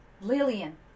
Lillian